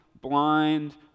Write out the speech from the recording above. blind